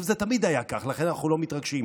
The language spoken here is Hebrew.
זה תמיד היה כך, לכן אנחנו לא מתרגשים.